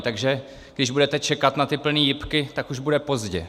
Takže když budete čekat na plné jipky, tak už bude pozdě.